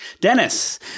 Dennis